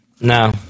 No